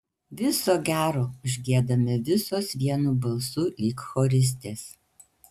viso gero užgiedame visos vienu balsu lyg choristės